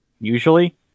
usually